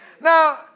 Now